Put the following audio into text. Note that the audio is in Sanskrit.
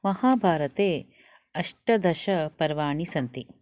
महाभारते अष्टादशपर्वाणि सन्ति